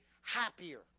happier